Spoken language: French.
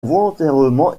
volontairement